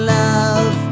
love